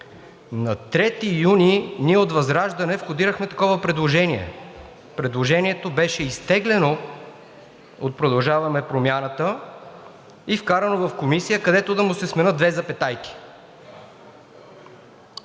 На 3 юни ние от ВЪЗРАЖДАНЕ входирахме такова предложение. Предложението беше изтеглено от „Продължаваме Промяната“ и вкарано в Комисията, където да му се сменят две запетайки.